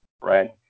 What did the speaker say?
right